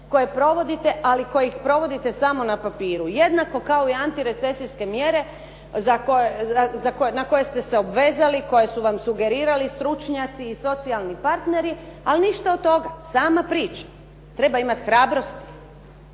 koje provodite, ali koje provodite samo na papiru. Jednako kao i antirecesijske mjere na koje ste se obvezali, koje su vam sugerirali stručnjaci i socijalni partneri, ali ništa od toga, prazna priča, treba imati hrabrosti,